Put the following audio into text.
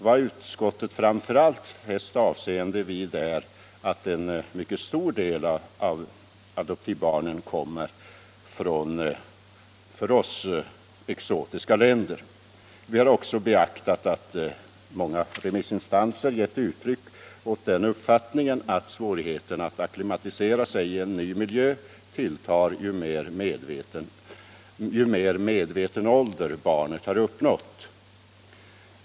Vad utskottet framför allt fäst avseende vid är att en mycket stor andel av adoptivbarnen kommer från för oss exotiska länder. Vi har också beaktat att många remissinstanser har givit uttryck för den uppfattningen att svårigheterna att acklimatisera sig i en ny miljö tilltar ju mer medveten ålder barnet har uppnått.